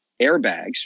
airbags